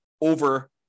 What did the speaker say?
over